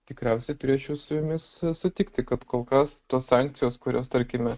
tikriausiai turėčiau su jumis sutikti kad kol kas tos sankcijos kurios tarkime